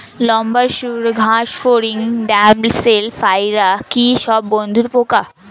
লম্বা সুড় ঘাসফড়িং ড্যামসেল ফ্লাইরা কি সব বন্ধুর পোকা?